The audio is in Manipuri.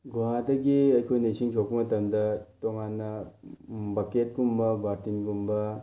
ꯒꯨꯍꯥꯗꯒꯤ ꯑꯩꯈꯣꯏꯅ ꯏꯁꯤꯡ ꯁꯣꯛꯄ ꯃꯇꯝꯗ ꯇꯣꯉꯥꯟꯅ ꯕꯛꯀꯦꯠꯀꯨꯝꯕ ꯕꯥꯔꯇꯤꯡꯒꯨꯝꯕ